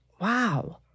Wow